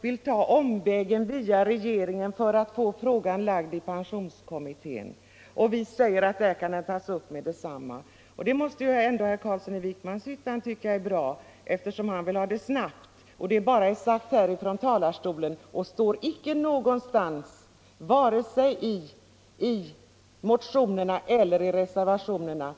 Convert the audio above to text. vill ta omvägen via regeringen för att få frågan lagd i pensionskommittén, medan vi säger att den kan tas upp där med detsamma. Det måste ändå herr Carlsson i Vikmanshyttan anse vara bra, eftersom han vill ha en snabb lösning. Det är bara sagt härifrån talarstolen och står inte någonstans, vare sig i motionerna eller i reservationerna.